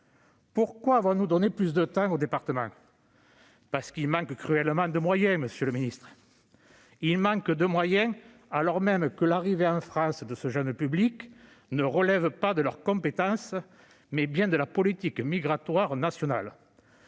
Pourquoi avons-nous donné plus de temps aux départements ? Parce qu'ils manquent cruellement de moyens, monsieur le secrétaire d'État, alors même que l'arrivée en France de ce jeune public relève non pas de leurs compétences, mais bien de la politique migratoire nationale.